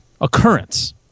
occurrence